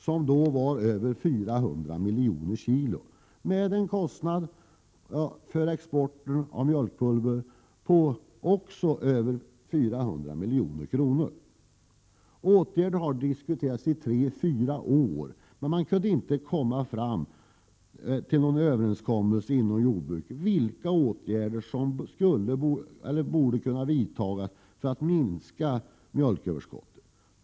Det var då uppe i över 400 miljoner kilo, med en kostnad för export av mjölkpulver som också var över 400 milj.kr. Åtgärder har diskuterats i tre fyra år, men man kunde inte komma fram till någon överenskommelse inom jordbruket om vilka åtgärder som borde kunna vidtagas för att minska mjölköverskottet.